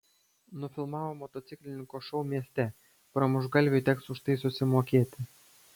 nufilmavo motociklininko šou mieste pramuštgalviui teks už tai susimokėti